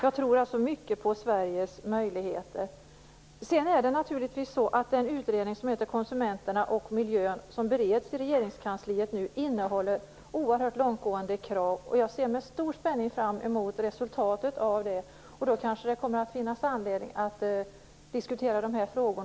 Jag tror mycket på Sveriges möjligheter. Den utredning som heter Konsumenterna och miljön bereds nu i Regeringskansliet. Den innehåller långtgående krav. Jag ser med stor spänning fram mot resultatet av det arbetet. Då kanske det kommer att finnas anledning att igen diskutera dessa frågor.